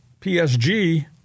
PSG